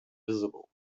visible